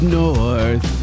north